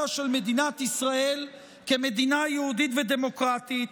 של מדינת ישראל כמדינה יהודית ודמוקרטית,